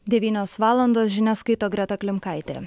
devynios valandos žinias skaito greta klimkaitė